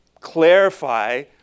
clarify